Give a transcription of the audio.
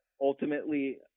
ultimately